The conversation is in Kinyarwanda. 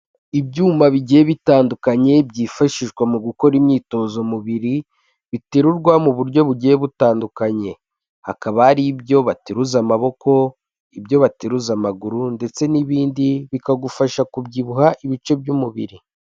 Ibyuma bigiye bitandukanye byifashishwa mu gukora imyitozo mubiri biterurwa mu buryo bugiye butandukanye, hakaba hari ibyo bateruza amaboko , ibyo bateruza amaguru ndetse n'ibindi bikagufasha kubyibuha ibice by'umubiri.